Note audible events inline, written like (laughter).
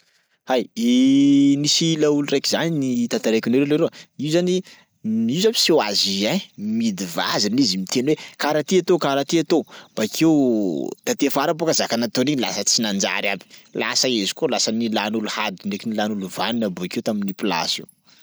Hay, (hesitation) nisy laolo zany tantaraiko anareo leroa, io zany m- io zany miseho azy ein mihidy vazana izy miteny hoe karaha ty atao karaha ty atao bakeo taty afara bôka zaka nataony iny lasa tsy nanjary aby lasa izy koa lasa nilan'olo hady ndraiky nilan'olo vanina bakeo tamin'io plasy io.